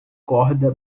corda